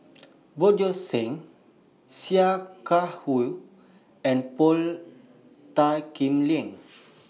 Bjorn Shen Sia Kah Hui and Paul Tan Kim Liang